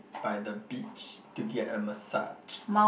by the beach to get a massage